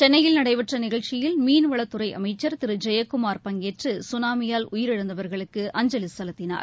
சென்னையில் நடைபெற்ற நிகழ்ச்சியல் மீன்வளத்துறை அமைச்சர் திரு ஜெயக்குமார் பங்கேற்று சுனாமியால் உயிரிழந்தவர்களுக்கு அஞ்சலி செலுத்தினார்